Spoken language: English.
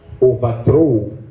overthrow